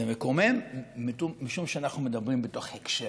זה מקומם משום שאנחנו מדברים בתוך הקשר.